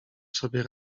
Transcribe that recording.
sobie